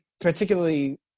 particularly